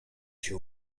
się